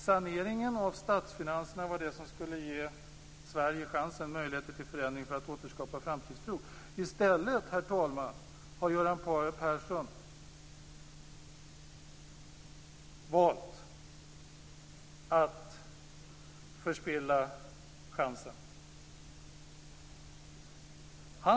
Saneringen av statsfinanserna var det som skulle ge Sverige möjligheter till förändring för att återskapa framtidstro. I stället har Göran Persson valt att förspilla den chansen.